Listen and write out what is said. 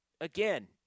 again